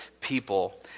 people